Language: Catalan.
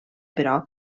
però